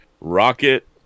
Rocket